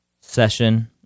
session